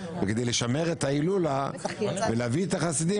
וכדי לשמר את ההילולה ולהביא את החסידים